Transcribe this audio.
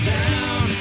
down